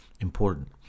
important